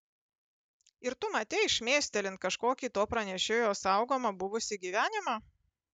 ir tu matei šmėstelint kažkokį to pranešėjo saugomą buvusį gyvenimą